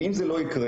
באם זה לא יקרה,